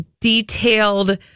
detailed